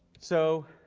so